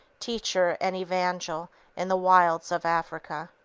teacher and evangel in the wilds of africa.